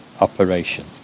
operation